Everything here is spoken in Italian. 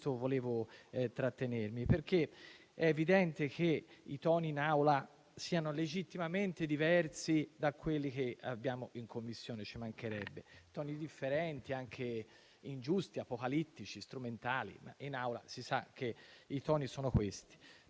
su questo vorrei intrattenermi, perché è evidente che i toni in Aula siano legittimamente diversi da quelli che abbiamo in Commissione, ci mancherebbe: toni differenti, anche ingiusti, apocalittici, strumentali, ma in Aula si sa che i toni sono questi.